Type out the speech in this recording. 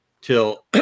till